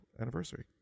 anniversary